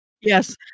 Yes